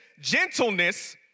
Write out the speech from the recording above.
gentleness